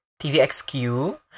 TVXQ